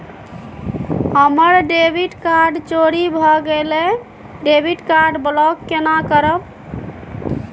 हमर debit card चोरी भगेलै डेबिट कार्ड ब्लॉक केना करब?